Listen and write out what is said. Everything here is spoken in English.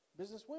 Businesswomen